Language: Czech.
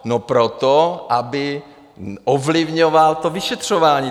No proto, aby ovlivňoval to vyšetřování.